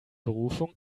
berufung